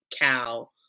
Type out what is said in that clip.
cow